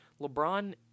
LeBron